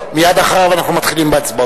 אתה באמת חושב שאת כולם מעניין מה אמרת לו?